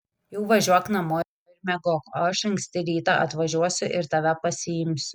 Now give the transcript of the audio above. jau važiuok namo ir miegok o aš anksti rytą atvažiuosiu ir tave pasiimsiu